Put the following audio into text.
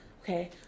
okay